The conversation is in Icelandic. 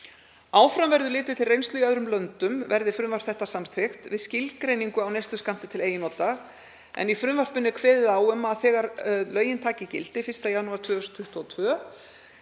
Áfram verður litið til reynslu í öðrum löndum, verði frumvarp þetta samþykkt, við skilgreiningu á neysluskammti til eigin nota en í frumvarpinu er kveðið á um að þegar lögin taki gildi, 1. janúar 2022,